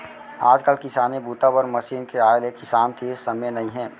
आजकाल किसानी बूता बर मसीन के आए ले किसान तीर समे नइ हे